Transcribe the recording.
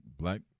black